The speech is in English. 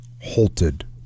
halted